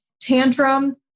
tantrum